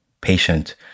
patient